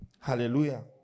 hallelujah